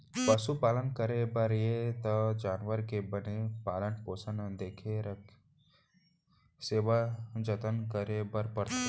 पसु पालन करे बर हे त जानवर के बने पालन पोसन, देख रेख, सेवा जनत करे बर परथे